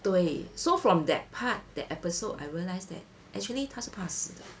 对 so from that part that episode I realized that actually 他是怕死的